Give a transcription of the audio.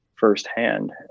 firsthand